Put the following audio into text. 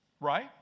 Right